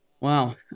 Wow